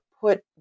put